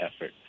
effort